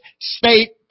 state